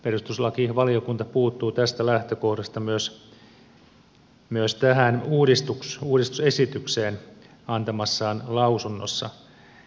perustuslakivaliokunta puuttuu tästä lähtökohdasta myös tähän uudistusesitykseen antamassaan lausunnossa